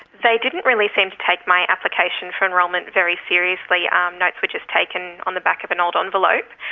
they didn't really seem to take my application for enrolment very seriously. um notes were just taken on the back of an old envelope,